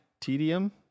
tedium